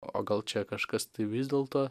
o gal čia kažkas tai vis dėlto